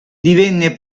divenne